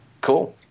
Cool